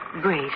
Grace